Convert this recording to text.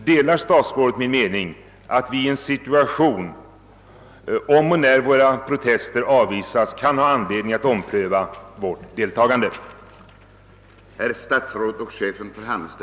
Delar statsrådet min mening att vi om våra protester avvisas kan ha anledning att ompröva vårt beslut om deltagande?